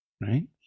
right